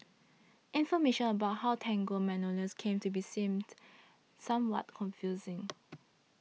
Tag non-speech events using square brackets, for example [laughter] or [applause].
information about how Tango Magnolia came to be seemed somewhat confusing [noise]